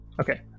Okay